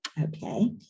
Okay